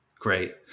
Great